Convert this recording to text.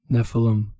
Nephilim